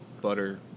butter